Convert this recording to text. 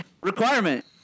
Requirement